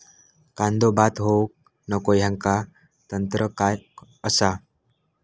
कांदो बाद होऊक नको ह्याका तंत्र काय असा?